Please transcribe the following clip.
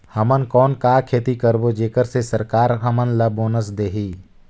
हमन कौन का खेती करबो जेकर से सरकार हमन ला बोनस देही?